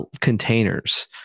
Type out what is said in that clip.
Containers